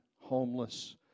homeless